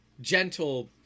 Gentle